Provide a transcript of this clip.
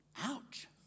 Ouch